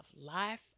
life